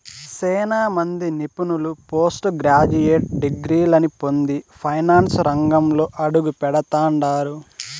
సేనా మంది నిపుణులు పోస్టు గ్రాడ్యుయేట్ డిగ్రీలని పొంది ఫైనాన్సు రంగంలో అడుగుపెడతండారు